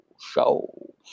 Show